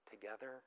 together